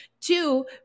Two